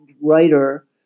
writer